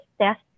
test